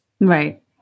Right